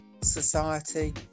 society